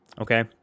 Okay